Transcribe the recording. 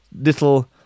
little